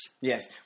Yes